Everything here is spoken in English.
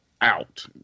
out